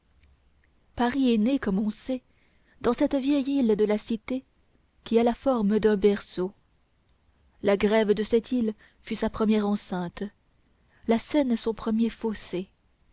paris est né comme on sait dans cette vieille île de la cité qui a la forme d'un berceau la grève de cette île fut sa première enceinte la seine son premier fossé